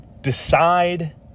decide